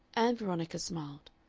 ann veronica smiled.